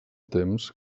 temps